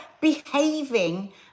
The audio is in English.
behaving